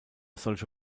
solche